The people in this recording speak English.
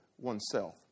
oneself